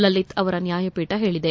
ಲಲಿತ್ ಅವರ ನ್ನಾಯಪೀಠ ಹೇಳಿದೆ